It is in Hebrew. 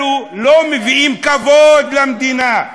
אלו לא מביאים כבוד למדינה.